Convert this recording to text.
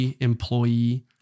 employee